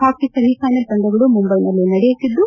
ಹಾಕಿ semifinal ಪಂದ್ಯಗಳು ಮುಂಬೈನಲ್ಲಿ ನಡೆಯುತ್ತಿದ್ದು